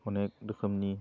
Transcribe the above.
अनेग रोखोमनि